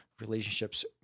relationships